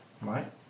Right